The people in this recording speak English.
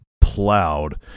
plowed